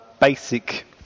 basic